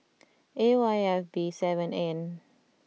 A Y F B seven N